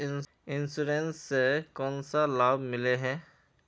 Insurance इस से कोन सा लाभ मिले है?